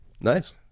Nice